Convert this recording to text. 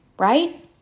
right